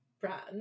brand